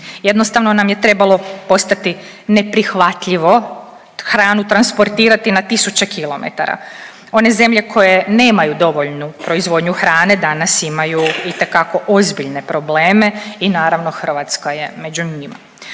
Jednostavno nam je trebalo postati neprihvatljivo hranu transportirati na tisuće kilometara. One zemlje koje nemaju dovoljnu proizvodnju hrane danas imaju itekako ozbiljne probleme i naravno Hrvatska je među njima.